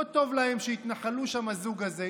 לא טוב להם שהתנחלו שם הזוג הזה.